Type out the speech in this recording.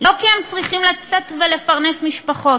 לא כי הם צריכים לצאת ולפרנס משפחות,